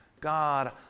God